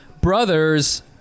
brother's